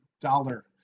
dollar